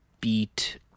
beat